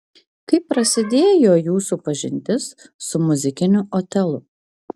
kaip prasidėjo jūsų pažintis su muzikiniu otelu